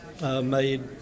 Made